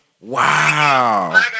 Wow